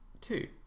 Two